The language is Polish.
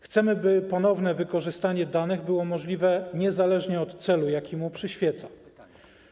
Chcemy, by ponowne wykorzystanie danych było możliwe niezależnie od celu, jaki mu przyświeca.